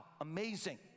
amazing